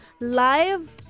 live